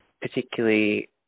particularly